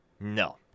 No